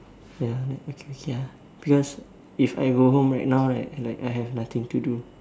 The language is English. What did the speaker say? ya okay ya because if I go home right now right like I have nothing to do